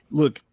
look